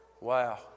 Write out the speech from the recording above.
Wow